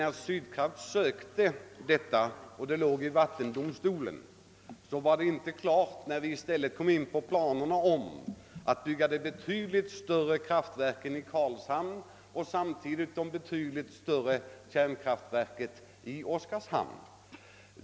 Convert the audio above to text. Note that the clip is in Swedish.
När Sydkraft ansökte om detta och ärendet låg oavgjort i vattendomstolen, uppkom planerna att bygga ett betydligt större kraftverk i Karlshamn och samtidigt det större kärnkraftverket i Oskarshamn.